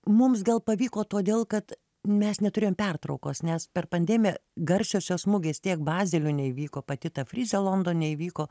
mums gal pavyko todėl kad mes neturėjom pertraukos nes per pandemiją garsiosios mugės tiek bazelio neįvyko pati ta frizė londone įvyko